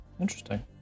Interesting